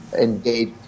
engage